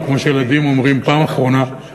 או כמו שילדים אומרים: "פם אחרונה";